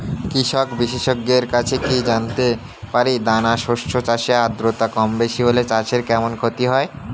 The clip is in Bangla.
কৃষক বিশেষজ্ঞের কাছে কি জানতে পারি দানা শস্য চাষে আদ্রতা কমবেশি হলে চাষে কেমন ক্ষতি হয়?